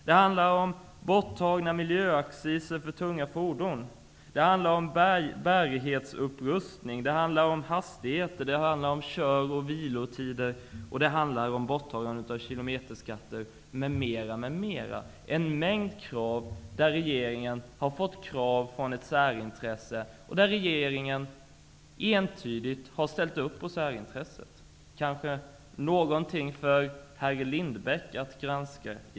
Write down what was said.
Det handlar om borttagna miljöacciser för tunga fordon, bärighetsupprustning, hastigheter, köroch vilotider, borttagande av kilometerskatter m.m. Det är en mängd krav från ett särintresse, som regeringen entydigt har ställt upp på. Kanske det vore någonting för herr Lindbeck att granska?